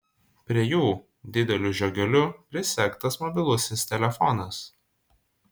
prie jų dideliu žiogeliu prisegtas mobilusis telefonas